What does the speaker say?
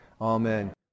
Amen